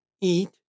eat